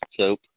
soap